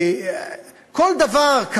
כל דבר,